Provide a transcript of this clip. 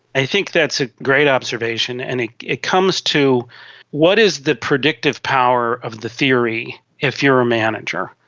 i think that's a great observation, and it it comes to what is the predictive power of the theory if you are a manager?